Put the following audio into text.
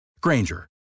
Granger